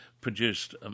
produced